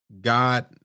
God